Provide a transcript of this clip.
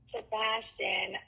Sebastian